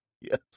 Yes